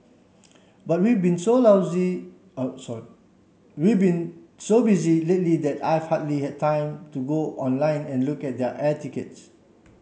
but we've been so but we've been so busy lately that I've hardly had time to go online and look at the air tickets